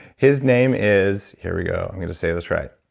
his name is, here we go, i'm going to say this right.